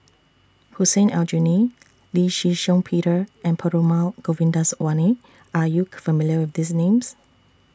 Hussein Aljunied Lee Shih Shiong Peter and Perumal Govindaswamy Are YOU familiar with These Names